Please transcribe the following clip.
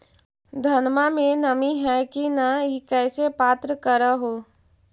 धनमा मे नमी है की न ई कैसे पात्र कर हू?